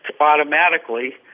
automatically